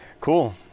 Cool